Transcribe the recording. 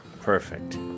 Perfect